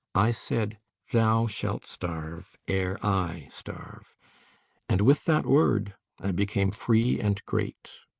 i said thou shalt starve ere i starve and with that word i became free and great.